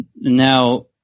Now